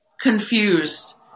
confused